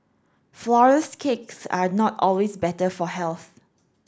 Flourless cakes are not always better for health